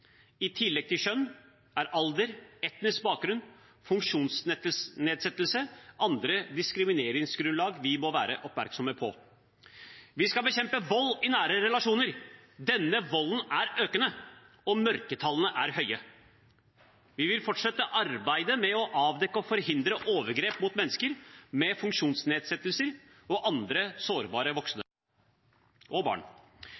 I tillegg til kjønn er alder, etnisk bakgrunn, funksjonsnedsettelse og andre diskrimineringsgrunnlag noe vi må være oppmerksom på. Vi skal bekjempe vold i nære relasjoner. Denne volden er økende, og mørketallene er høye. Vi vil fortsette arbeidet med å avdekke og forhindre overgrep mot mennesker med funksjonsnedsettelser og andre sårbare voksne og barn.